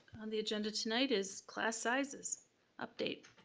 on the agenda tonight is class sizes update.